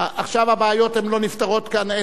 הבעיות לא נפתרות כאן.